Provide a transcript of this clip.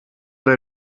der